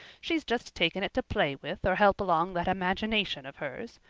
she's just taken it to play with or help along that imagination of hers.